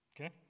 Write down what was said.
Okay